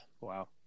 Wow